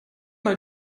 mal